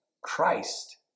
Christ